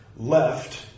left